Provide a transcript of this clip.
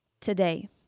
today